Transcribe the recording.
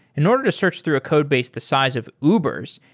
in order to search through a codebase the size of uber s,